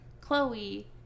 chloe